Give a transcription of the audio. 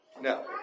No